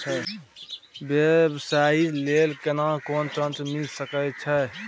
व्यवसाय ले केना कोन ऋन मिल सके छै?